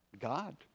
God